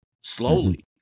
slowly